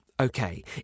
okay